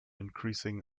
increasing